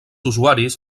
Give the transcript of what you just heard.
usuaris